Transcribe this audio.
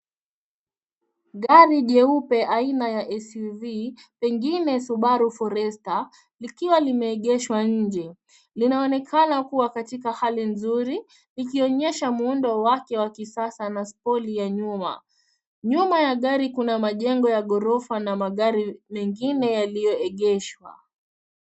Gari jeupe aina ya SUV pengine Subaru Forrester likiwa limeegeshwa nje. Linaonekana kuwa katika hali nzuri ikionyesha muundo wake wa kisasa na spoli ya nyuma. Nyuma ya gari kuna majengo ya ghorofa na magari mengine yaliyoegeshwa.